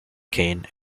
cane